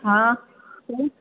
हा